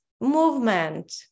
movement